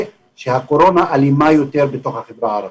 שהקורונה אלימה יותר בתוך החברה הערבית.